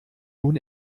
nun